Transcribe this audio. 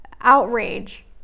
outrage